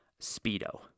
speedo